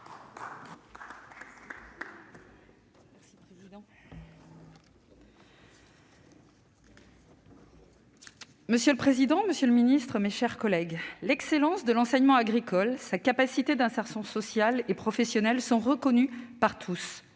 Monsieur le président, monsieur le ministre, mes chers collègues, l'excellence de l'enseignement agricole et sa capacité d'insertion sociale et professionnelle sont reconnues par tous.